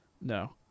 No